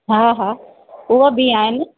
हा हा उहे बि आहिनि